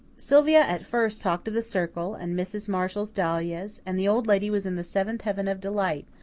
sylvia at first talked of the circle, and mrs. marshall's dahlias, and the old lady was in the seventh heaven of delight,